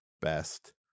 best